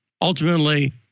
ultimately